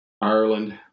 ireland